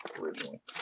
originally